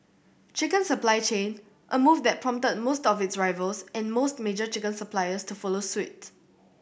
chicken supply chain a move that prompted most of its rivals and most major chicken suppliers to follow suit